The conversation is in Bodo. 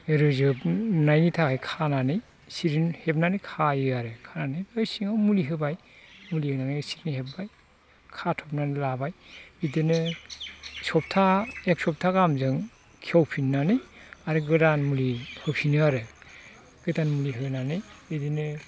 रोजोबनायनि थाखाय खानानै हिस्रिजों हेबनानै खायो आरो खानानै बै सिङाव मुलि होबाय मुलि होनानै हिस्रि हेब्बाय खाथ'बनानै लाबाय बिदिनो सब्ताह एक सब्ताह गाहामजों खेवफिननानै आरो गोदान मुलि होफिनो आरो गोदान मुलि होनानै बिदिनो